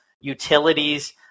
utilities